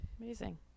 amazing